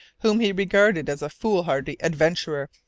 whom he regarded as a foolhardy adventurer,